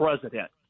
president